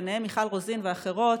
ביניהן מיכל רוזין ואחרות,